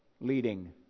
leading